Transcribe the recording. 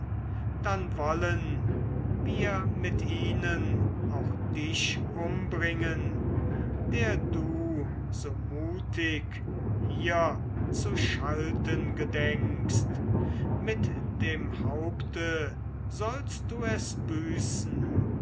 dann wollen wir mit ihnen auch dich umbringen der du so mutig hier zu schalten gedenkst mit dem haupte sollst du es büßen